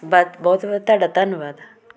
ਬਾ ਬਹੁਤ ਬਹੁਤ ਤੁਹਾਡਾ ਧੰਨਵਾਦ